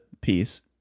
piece